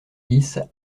dix